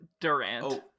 Durant